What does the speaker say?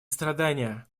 страдания